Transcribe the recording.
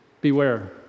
Beware